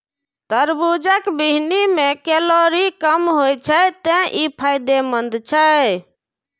तरबूजक बीहनि मे कैलोरी कम होइ छै, तें ई फायदेमंद छै